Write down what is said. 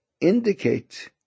indicate